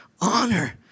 Honor